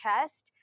chest